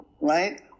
right